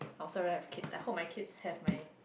I also rather have kid I hope my kids have my